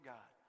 God